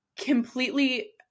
completely